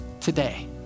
today